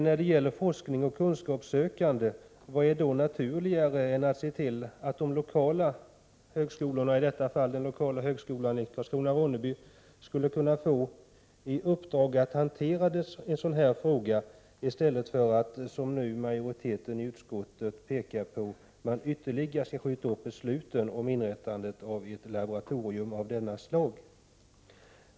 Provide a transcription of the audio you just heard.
När det gäller forskning och kunskapssökande, vad vore naturligare än att ge de lokala högskolorna, i detta fall högskolan i Karlskrona/Ronneby, i uppdrag att hantera frågan i stället för att, som utskottsmajoriteten säger, skjuta upp beslutet om inrättande av ett laborato | rium av detta slag?